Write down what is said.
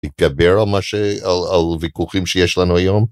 יתגבר על ויכוחים שיש לנו היום.